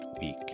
week